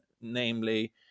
namely